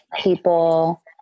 people